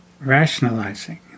rationalizing